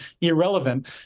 irrelevant